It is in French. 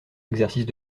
exercices